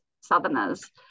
southerners